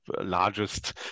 largest